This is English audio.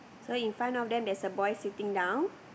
so in front of them there's a boy sitting down